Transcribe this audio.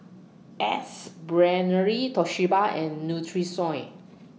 Ace Brainery Toshiba and Nutrisoy